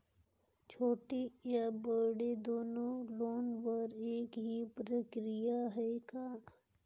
छोटे या बड़े दुनो लोन बर एक ही प्रक्रिया है का?